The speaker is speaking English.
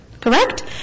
Correct